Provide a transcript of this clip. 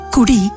Kudi